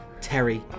Terry